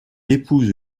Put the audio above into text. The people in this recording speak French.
épouse